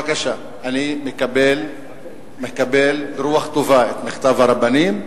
אני מקבל ברוח טובה את מכתב הרבנים,